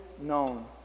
known